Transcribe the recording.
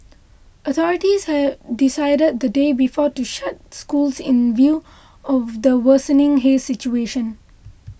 authorities had decided the day before to shut schools in view of the worsening haze situation